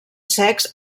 secs